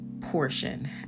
portion